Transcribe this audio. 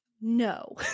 No